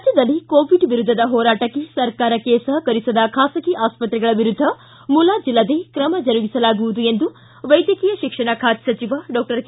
ರಾಜ್ಯದಲ್ಲಿ ಕೋವಿಡ್ ವಿರುದ್ಧದ ಹೋರಾಟಕ್ಕೆ ಸರ್ಕಾರಕ್ಕೆ ಸಹಕರಿಸದ ಖಾಸಗಿ ಆಸ್ಪತ್ರೆಗಳ ವಿರುದ್ಧ ಮುಲಾಟಿಲ್ಲದೆ ತ್ರಮ ಜರುಗಿಸಲಾಗುವುದು ಎಂದು ವೈದ್ಯಕೀಯ ಶಿಕ್ಷಣ ಖಾತೆ ಸಚಿವ ಡಾಕ್ಟರ್ ಕೆ